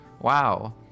Wow